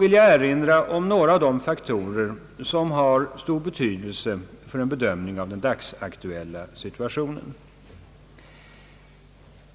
vill jag erinra om några av de faktorer som har stor betydelse för en bedömning av den dagsaktuella situationen.